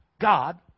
God